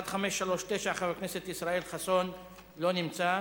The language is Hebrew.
1539, חבר הכנסת ישראל חסון, לא נמצא.